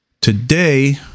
Today